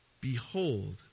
Behold